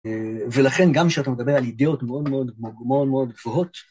ולכן גם כשאתה מדבר על אידאות מאוד מאוד גבוהות.